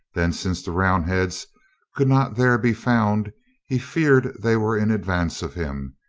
then since the roundheads could not there be found he feared they were in advance of him,